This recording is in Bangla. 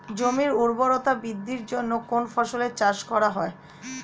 জমির উর্বরতা বৃদ্ধির জন্য কোন ফসলের চাষ করা হয়?